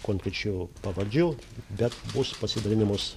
konkrečių pavardžių bet mūsų pasidalinimus